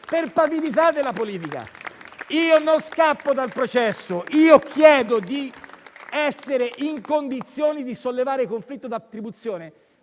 per pavidità della politica. Io non scappo dal processo: chiedo di essere in condizioni di sollevare conflitto di attribuzione